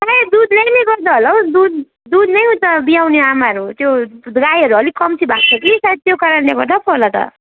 आमै दुधले नै गर्दा होला हो दुध दुध नै त ब्याउने आमाहरू त्यो गाईहरू अलिक कम्ती भएको छ कि सायद त्यो कारणले गर्दा पो होला त